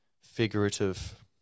figurative